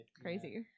crazy